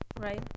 right